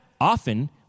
often